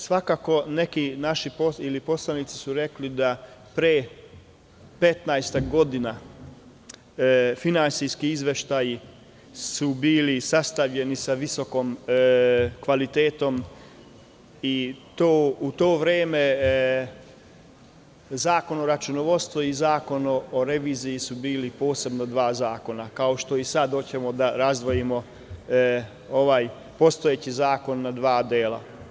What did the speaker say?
Svakako, neki poslanici su rekli da su pre 15-ak godina finansijski izveštaji bili sastavljeni sa visokim kvalitetom i u to vreme Zakon o računovodstvu i Zakon o reviziji su bili posebna dva zakona, kao što i sada hoćemo da razdvojimo ovaj postojeći zakon na dva dela.